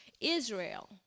Israel